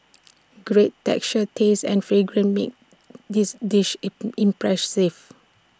great texture taste and fragrance make this dish IT impressive